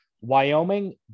wyoming